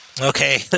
Okay